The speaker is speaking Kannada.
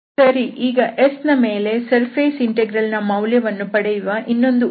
ಸರಿ ಈಗ S ನ ಮೇಲೆ ಸರ್ಫೇಸ್ ಇಂಟೆಗ್ರಲ್ ನ ಮೌಲ್ಯವನ್ನು ಪಡೆಯುವ ಇನ್ನೊಂದು ಉದಾಹರಣೆ